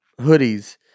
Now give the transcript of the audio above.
hoodies